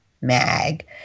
mag